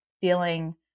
feeling